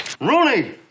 Rooney